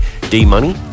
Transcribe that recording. D-Money